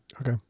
okay